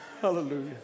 Hallelujah